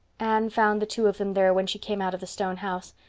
anne found the two of them there when she came out of the stone house,